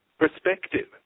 perspective